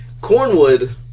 Cornwood